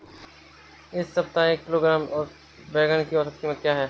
इस सप्ताह में एक किलोग्राम बैंगन की औसत क़ीमत क्या है?